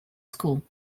school